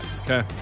Okay